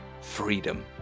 freedom